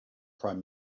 prime